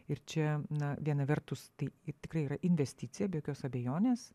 ir čia na viena vertus tai tikrai yra investicija be jokios abejonės